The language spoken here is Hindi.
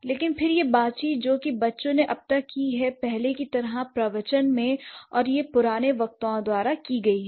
लेकिन फिर यह बातचीत जो कि बच्चों ने अब तक की है पहले की तरह प्रवचन में और यह पुराने वक्ताओं द्वारा की गई है